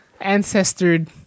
Ancestored